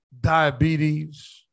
Diabetes